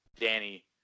Danny